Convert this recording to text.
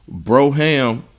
Broham